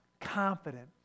confident